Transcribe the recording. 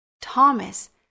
Thomas